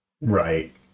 right